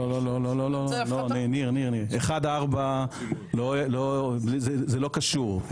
לא, ניר, זה לא קשור.